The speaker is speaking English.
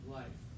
life